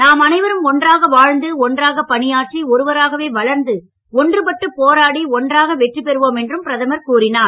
நாம் அனைவரும் ஒன்றாக வாழ்ந்து ஒன்றாக பணியாற்றி ஒருவராகவே வளர்ந்து ஒன்றுபட்டு போராடி ஒன்றாக வெற்றி பெறுவோம் என்றும் பிரதமர் கூறினார்